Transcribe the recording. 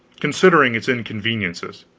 considering its inconveniences